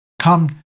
come